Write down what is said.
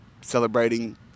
celebrating